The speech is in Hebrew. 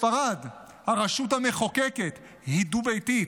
בספרד הרשות המחוקקת היא דו-ביתית,